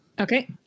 Okay